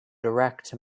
direct